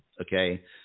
okay